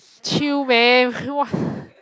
chill man what